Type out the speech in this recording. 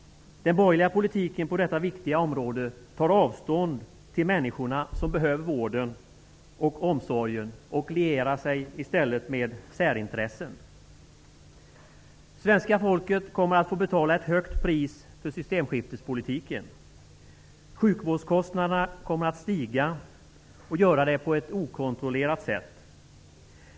Den borgerliga politiken på detta viktiga område tar avstånd från de människor som behöver vården och omsorgen och lierar sig i stället med särintressen. Svenska folket kommer att få betala ett högt pris för systemskiftespolitiken. Sjukvårdskostnaderna kommer att stiga, och det kommer de att göra på ett okontrollerat sätt.